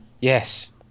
Yes